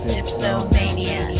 Dipsomania